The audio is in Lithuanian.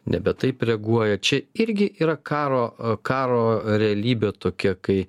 nebe taip reaguoja čia irgi yra karo karo realybė tokia kai